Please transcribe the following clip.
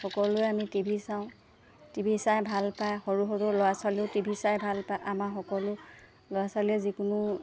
সকলোৱে আমি T V চাওঁ টি ভি চাই ভাল পায় সৰু সৰু ল'ৰা ছোৱালীয়েও টি ভি চাই ভাল পায় আমাৰ সকলো ল'ৰা ছোৱালীয়ে যিকোনো